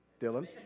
Dylan